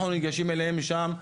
אנחנו ניגשים לשם,